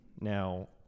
Now